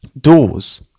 doors